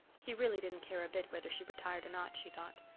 he really didn't care a bit whether she were tired or not, she thought.